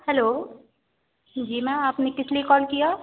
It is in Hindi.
हेलो जी मैम आपने किसलिए काल किया